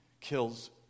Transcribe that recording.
kills